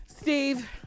Steve